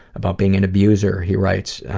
about being an abuser he writes,